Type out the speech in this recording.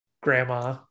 Grandma